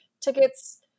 tickets